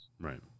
right